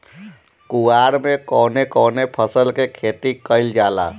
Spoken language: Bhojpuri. कुवार में कवने कवने फसल के खेती कयिल जाला?